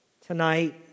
tonight